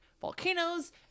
volcanoes